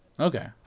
Okay